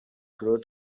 grow